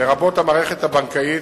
לרבות המערכת הבנקאית,